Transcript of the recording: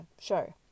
show